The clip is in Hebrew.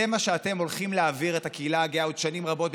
זה מה שאתם הולכים להעביר את הקהילה הגאה עוד שנים רבות,